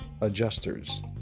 adjusters